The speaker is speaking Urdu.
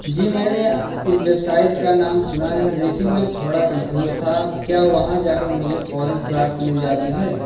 جی میں نے اس ویب سائٹ کا نام سنا ہے لیکن میں تھوڑا کنفیوز تھا کیا وہاں جا کر مجھے فوراً سلاٹ مل جاتی ہے